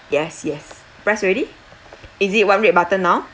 yes yes press already is it one red button now